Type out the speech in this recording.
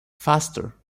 faster